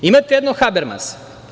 Imate jednog Habermasa.